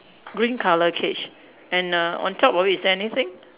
green colour cage and err on top of it is there anything